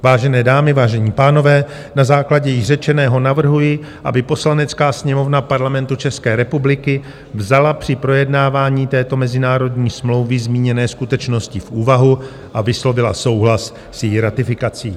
Vážené dámy, vážení pánové, na základě již řečeného navrhuji, aby Poslanecká sněmovna Parlamentu České republiky vzala při projednávání této mezinárodní smlouvy zmíněné skutečnosti v úvahu a vyslovila souhlas s její ratifikací.